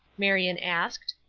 marion asked.